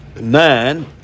nine